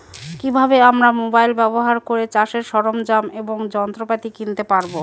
কি ভাবে আমরা মোবাইল ব্যাবহার করে চাষের সরঞ্জাম এবং যন্ত্রপাতি কিনতে পারবো?